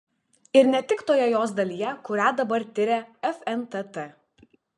ir ne tik toje jos dalyje kurią dabar tiria fntt